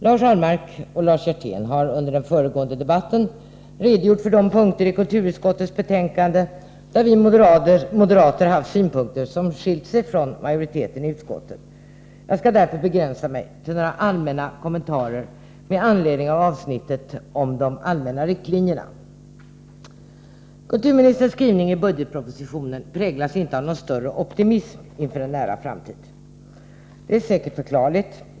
Lars Ahlmark och Lars Hjertén har under den föregående debatten redogjort för de punkter i kulturutskottets betänkande där vi moderater haft synpunkter som skilt sig från majoritetens i utskottet. Jag skall därför begränsa mig till några allmänna kommentarer med anledning av avsnittet om de allmänna riktlinjerna. Kulturministerns skrivning i budgetpropositionen präglas inte av någon större optimism inför en nära framtid. Det är säkert förklarligt.